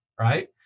right